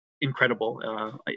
incredible